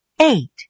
Eight